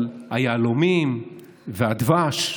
על היהלומים והדבש.